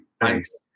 Thanks